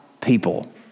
people